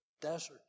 desert